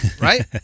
right